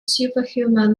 superhuman